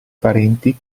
parenti